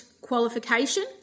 qualification